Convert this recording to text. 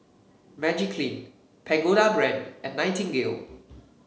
Magiclean Pagoda Brand and Nightingale